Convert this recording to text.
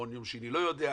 מעון יום שני לא יודע,